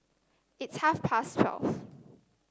it's half past twelve